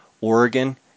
Oregon